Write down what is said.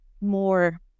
more